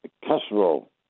casserole